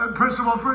principal